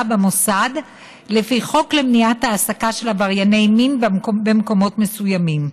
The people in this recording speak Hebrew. במוסד לפי חוק למניעת העסקה של עברייני מין מקום במקומות מסוימים.